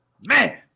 man